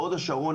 בהוד השרון,